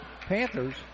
Panthers